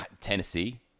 Tennessee